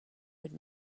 would